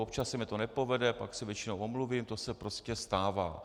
Občas se mi to nepovede, pak se většinou omluvím, to se prostě stává.